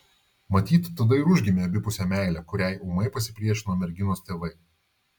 matyt tada ir užgimė abipusė meilė kuriai ūmai pasipriešino merginos tėvai